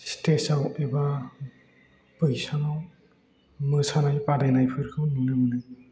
स्टेजआव एबा बैसाङाव मोसानाय बादायनायफोरखौ नुनो मोनो